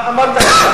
מה אמרת?